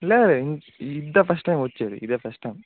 లేదు ఇద్దా first time వచ్చేది ఇదే ఫస్ట్ టైం